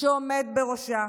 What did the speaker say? שעומד בראשה,